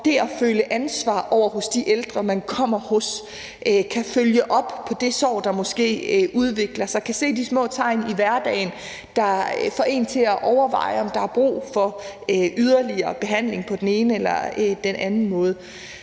det at føle ansvar hos de ældre, man kommer hos, at man kan følge op på det sår, der måske udvikler sig, og kan se de små tegn i hverdagen, der får en til at overveje, om der er brug for yderligere behandling på den ene eller den anden måde.